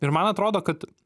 ir man atrodo kad